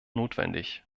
notwendig